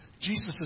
Jesus